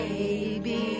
baby